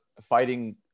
fighting